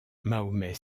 mahomet